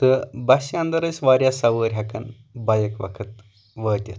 تہٕ بَسہِ اِنٛدر ٲسۍ واریاہ سوٲرۍ ہیکان بیک وقت وٲتِتھ